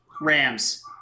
Rams